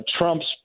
trump's